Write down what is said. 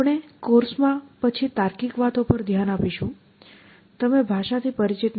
આપણે કોર્સ માં પછી તાર્કિક વાતો પાર ધ્યાન આપીશું તમે ભાષાથી પરિચિત નથી